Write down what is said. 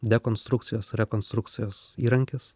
dekonstrukcijos rekonstrukcijos įrankis